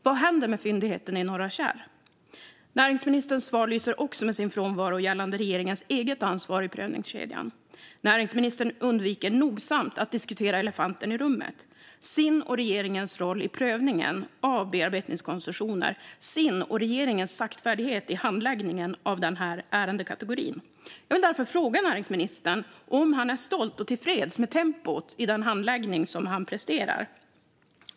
Vad händer med fyndigheten i Norra Kärr? I näringsministern svar lyser också regeringens eget ansvar i prövningskedjan med sin frånvaro. Näringsministern undviker nogsamt att diskutera elefanten i rummet: hans och regeringens roll i prövningen av bearbetningskoncessioner, hans och regeringens saktfärdighet i handläggningen av denna ärendekategori. Jag vill därför fråga näringsministern om han är stolt över och tillfreds med tempot i den handläggning som han presterar.